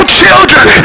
children